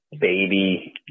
baby